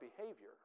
behavior